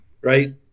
right